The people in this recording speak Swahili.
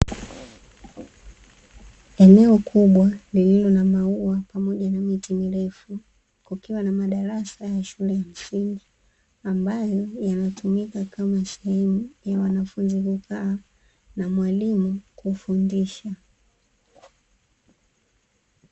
Eneo kubwa lililo na maua pamoja na miti mirefu kukiwa ya madarasa ya shule ya msingi ambayo yanatumika kama sehemu ya wanafunzi kukaa na mwalimu kufundisha.